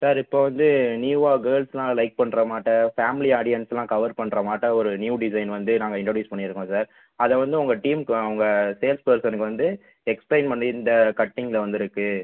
sir இப்போ வந்து நியூவாக கேர்ள்ஸுலாம் லைக் பண்ணுற மாட்ட ஃபேமிலி ஆடியன்ஸுலாம் கவர் பண்ணுற மாட்ட ஒரு நியூ டிசைன் வந்து நாங்கள் இண்ட்ரடியூஸ் பண்ணியிருக்கோம் சார் அதை வந்து உங்கள் டீமுக்கு உங்கள் சேல்ஸ் பர்ஸனுக்கு வந்து எக்ஸ்பிளைன் பண்ணி இந்த கட்டிங்கில் வந்திருக்கு